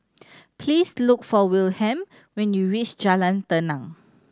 please look for Wilhelm when you reach Jalan Tenang